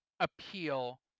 appeal